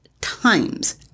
times